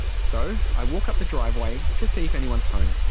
so i walk up the driveway to see if anyone is home.